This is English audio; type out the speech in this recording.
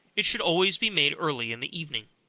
it should always be made early in the evening.